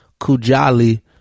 Kujali